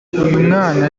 uyumwana